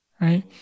right